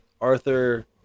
Arthur